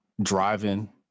Driving